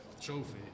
trophy